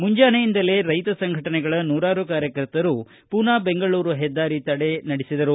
ಮುಂಚಾನೆಯಿಂದಲೇ ರೈತ ಸಂಘಟನೆಗಳ ನೂರಾರು ಕಾರ್ಯಕರ್ತರು ಪೂನಾ ಬೆಂಗಳೂರು ಹೆದ್ದಾರಿ ತಡೆ ನಡೆಸಿದರು